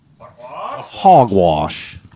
hogwash